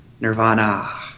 Nirvana